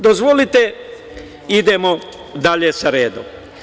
Dozvolite, idemo dalje redom.